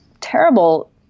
terrible